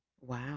Wow